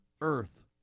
earth